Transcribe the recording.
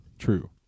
True